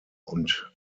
und